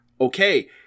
okay